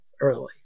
early